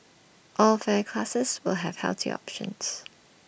all fare classes will have healthier options